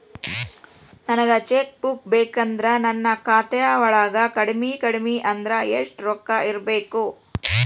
ನನಗ cheque book ಬೇಕಂದ್ರ ನನ್ನ ಖಾತಾ ವಳಗ ಕಡಮಿ ಕಡಮಿ ಅಂದ್ರ ಯೆಷ್ಟ್ ರೊಕ್ಕ ಇರ್ಬೆಕು?